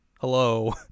hello